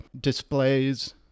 displays